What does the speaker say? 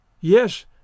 Yes